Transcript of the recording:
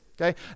Okay